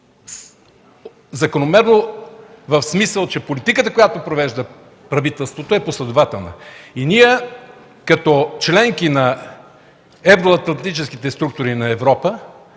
закономерно, в смисъл, че политиката, която провежда правителството, е последователна. Ние, като членове на Евроатлантическите структури на Европа,